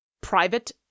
private